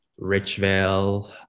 Richvale